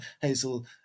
Hazel